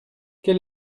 quel